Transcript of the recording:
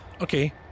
okay